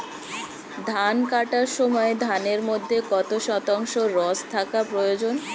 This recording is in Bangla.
ধান কাটার সময় ধানের মধ্যে কত শতাংশ রস থাকা প্রয়োজন?